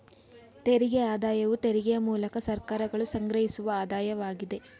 ತೆರಿಗೆ ಆದಾಯವು ತೆರಿಗೆಯ ಮೂಲಕ ಸರ್ಕಾರಗಳು ಸಂಗ್ರಹಿಸುವ ಆದಾಯವಾಗಿದೆ